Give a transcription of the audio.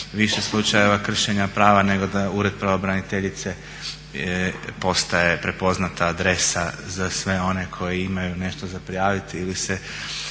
više slučajeva kršenja prava nego da Ured pravobraniteljice postaje prepoznata adresa za sve one koji imaju nešto za prijaviti ili se